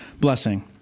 blessing